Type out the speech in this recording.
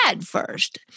first